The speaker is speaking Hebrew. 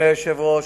אדוני היושב-ראש,